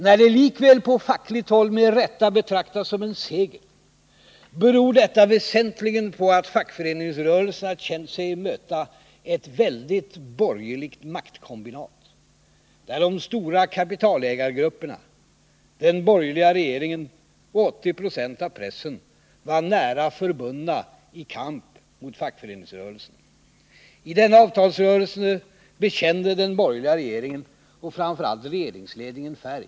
När det likväl på fackligt håll med rätta betraktas som en seger, beror det väsentligen på att fackföreningsrörelsen har känt sig möta ett väldigt borgerligt maktkombinat, där de stora kapitalägargrupperna, den borgerliga regeringen och 80 96 av pressen var nära förbundna i kamp mot fackföreningsrörelsen. I denna avtalsrörelse bekände den borgerliga regeringen, och framför allt regeringsledningen, färg.